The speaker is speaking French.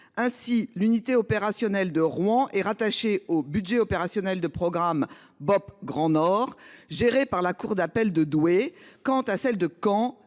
ainsi l'unité opérationnelle de Rouen est rattaché au budget opérationnel de programme Bob Grand Nord géré par la cour d'appel de Douai. Quant à celle de Caen